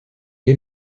est